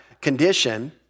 condition